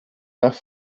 nach